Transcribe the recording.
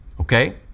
Okay